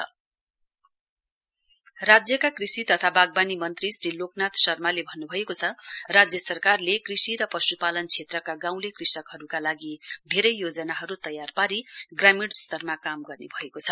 farms अर्वेनेश राज्यका कृषि तथा वाग्वानी मन्त्री श्री लोकनाथ शर्माले भन्न्भएको छ राज्य सरकारले कृषि र पश्पालन क्षेत्रका गाउँले कृषकहरूका लागि धेरै योजनाहरू तयार पारी ग्रामीण स्तरमा काम गर्ने भएको छ